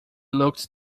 looked